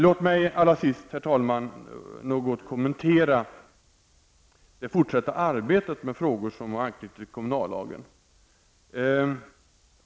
Låt mig till sist, herr talman, något kommentera det fortsatta arbetet med frågor som har anknytning till kommunallagen.